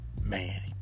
man